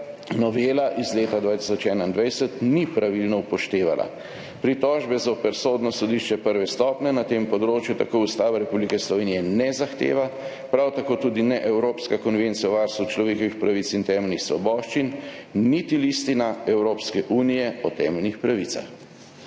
novela iz leta 2021 ni pravilno upoštevala. Pritožbe zoper sodbo sodišča prve stopnje na tem področju tako Ustava Republike Slovenije ne zahteva, prav tako tudi ne Evropska konvencija o varstvu človekovih pravic in temeljnih svoboščin niti Listina Evropske unije o temeljnih pravicah.